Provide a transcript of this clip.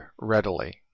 readily